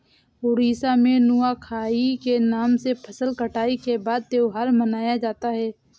उड़ीसा में नुआखाई के नाम से फसल कटाई के बाद त्योहार मनाया जाता है